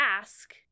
ask